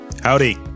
Howdy